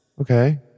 Okay